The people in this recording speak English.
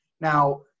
Now